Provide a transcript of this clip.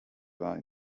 war